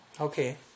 Okay